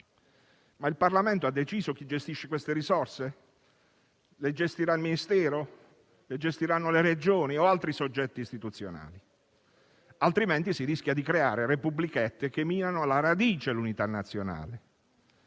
Il Parlamento però ha deciso chi gestisce queste risorse? Le gestirà il Ministero? Le gestiranno le Regioni o altri soggetti istituzionali? Diversamente, si rischia infatti di creare "repubblichette" che minano alla radice l'unità nazionale.